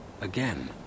Again